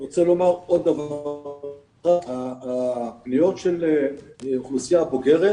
אני רוצה לומר עוד דבר לגבי הפניות של האוכלוסייה הבוגרת.